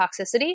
toxicity